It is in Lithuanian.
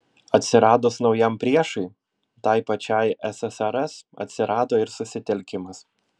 atsiradus naujam priešui tai pačiai ssrs atsirado ir susitelkimas